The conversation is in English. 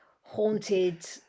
haunted